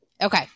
Okay